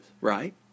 Right